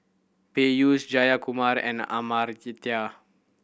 Peyush Jayakumar and Amartya